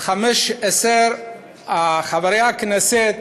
כ-15 חברי הכנסת,